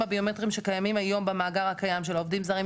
הביומטריים שקיימים היום במאגר הקיים של העובדים הזרים,